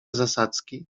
zasadzki